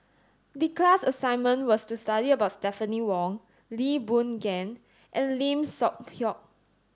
the class assignment was to study about Stephanie Wong Lee Boon Ngan and Lim Seok Hui